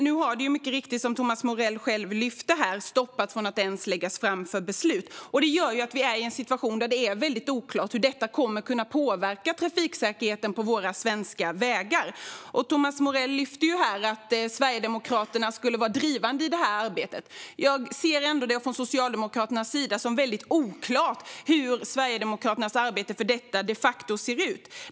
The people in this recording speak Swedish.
Nu har förslaget dock, som Thomas Morell själv lyfte upp, stoppats från att ens läggas fram för beslut. Det är oklart hur det kommer att påverka trafiksäkerheten på våra svenska vägar. Thomas Morell lyfte upp att Sverigedemokraterna skulle ha varit drivande i arbetet. Från min och Socialdemokraternas sida är det oklart hur Sverigedemokraternas arbete för detta de facto ser ut.